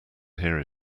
hear